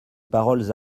paroles